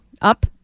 up